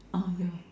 uh ya